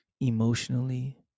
emotionally